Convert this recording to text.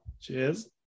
Cheers